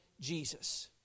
Jesus